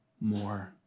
more